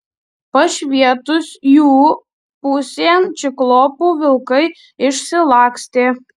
pašvietus jų pusėn ciklopu vilkai išsilakstė